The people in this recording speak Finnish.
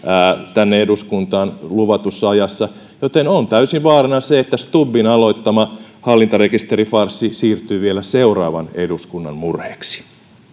tänne eduskuntaan luvatussa ajassa joten on täysin vaarana se että stubbin aloittama hallintarekisterifarssi siirtyy vielä seuraavan eduskunnan murheeksi